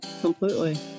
completely